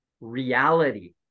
reality